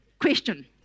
question